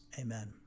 Amen